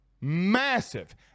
Massive